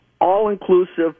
all-inclusive